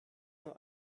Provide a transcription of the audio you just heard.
nur